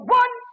one